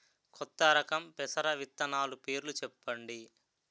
కొత్త రకం పెసర విత్తనాలు పేర్లు చెప్పండి?